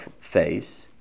face